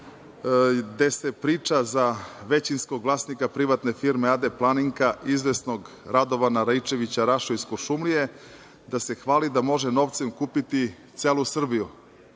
gde se priča za većinskog vlasnika privatne firme AD „Planinka“, izvesnog Radovana Raičevića Raše iz Kuršumlije, da se hvali da može novcem kupiti celu Srbiju.